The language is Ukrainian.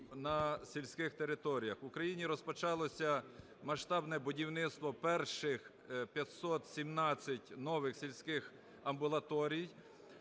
на сільських територіях. В Україні розпочалося масштабне будівництво перших 517 нових сільських амбулаторій,